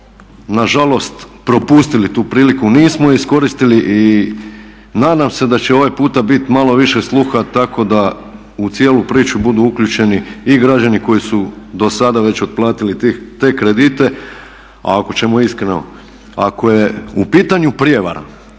na žalost propustili tu priliku, nismo iskoristili i nadam se da će ovaj puta biti malo više sluha tako da u cijelu priču budu uključeni i građani koji su do sada već otplatili te kredite. A ako ćemo iskreno, ako je u pitanju prijevara,